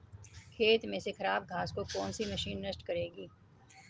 खेत में से खराब घास को कौन सी मशीन नष्ट करेगी?